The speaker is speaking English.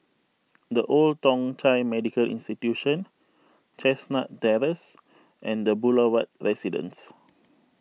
the Old Thong Chai Medical Institution Chestnut Terrace and the Boulevard Residence